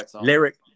lyric